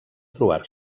trobar